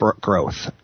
growth